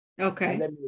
Okay